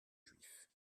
juifs